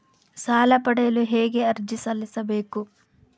ಸಾಲ ಪಡೆಯಲು ಹೇಗೆ ಅರ್ಜಿ ಸಲ್ಲಿಸಬೇಕು?